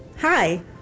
Hi